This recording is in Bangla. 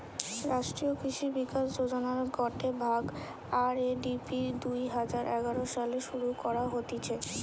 রাষ্ট্রীয় কৃষি বিকাশ যোজনার গটে ভাগ, আর.এ.ডি.পি দুই হাজার এগারো সালে শুরু করা হতিছে